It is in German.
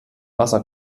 wasser